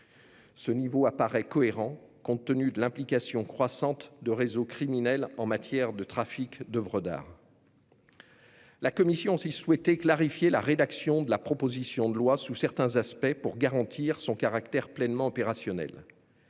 Ce niveau apparaît cohérent compte tenu de l'implication croissante des réseaux criminels en matière de trafic d'oeuvres d'art. La commission a aussi souhaité clarifier la rédaction de certains aspects de la proposition de loi pour garantir son caractère pleinement opérationnel.